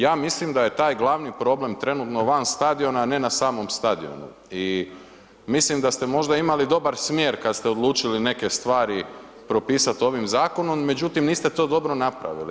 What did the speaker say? Ja mislim da je taj glavni problem trenutno van stadiona a ne na samom stadionu i mislim da ste možda imali dobar smjer kad ste odlučili neke stvari propisati ovim zakonom međutim niste to dobro napravili.